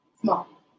Small